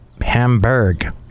Hamburg